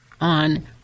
on